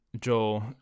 Joel